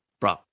bro